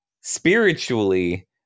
spiritually